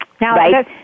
Now